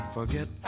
Forget